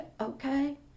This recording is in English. okay